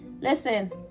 Listen